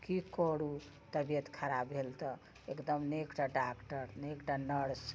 की करू तबियत खराब भेल तऽ एकदम ने एकटा डॉक्टर ने एकटा नर्स